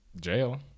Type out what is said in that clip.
Jail